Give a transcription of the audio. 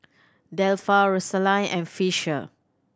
Delpha Rosaline and Fisher